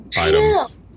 items